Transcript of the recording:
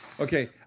Okay